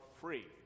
free